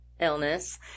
illness